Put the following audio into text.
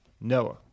Noah